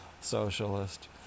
socialist